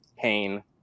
pain